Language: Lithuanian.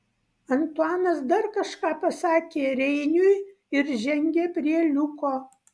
antuanas dar kažką pasakė reiniui ir žengė prie liuko